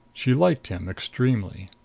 she liked him extremely.